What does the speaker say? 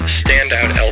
standout